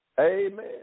Amen